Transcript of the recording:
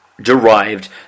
Derived